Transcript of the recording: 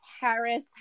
Harris